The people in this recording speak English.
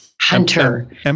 hunter